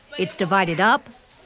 it's divided up.